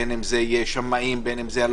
בין אם זה שמאים - לפעול.